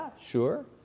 sure